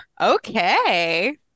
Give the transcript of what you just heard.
okay